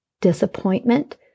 disappointment